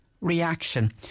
reaction